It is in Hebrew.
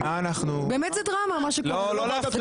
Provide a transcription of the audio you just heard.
זאת באמת דרמה מה שקורה כאן.